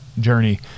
journey